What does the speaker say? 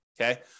okay